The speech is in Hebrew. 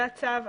זה הצו.